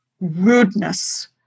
rudeness